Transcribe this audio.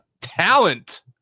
talent